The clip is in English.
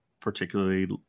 particularly